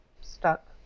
stuck